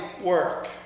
work